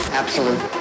absolute